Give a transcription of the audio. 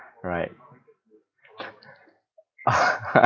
right